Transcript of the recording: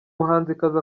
muhanzikazi